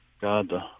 God